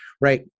right